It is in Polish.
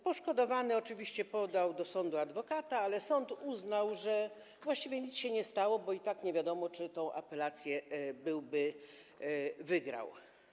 Poszkodowany oczywiście podał adwokata do sądu, ale sąd uznał, że właściwie nic się nie stało, bo i tak nie wiadomo, czy tę apelację by wygrał.